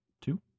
Two